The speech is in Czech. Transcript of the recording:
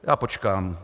Já počkám...